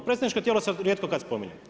Predstavnička tijela se rijetko kada spominju.